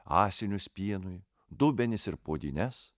ąsinius pienui dubenis ir puodynes